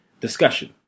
discussion